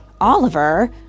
Oliver